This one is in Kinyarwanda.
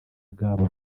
bwabo